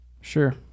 Sure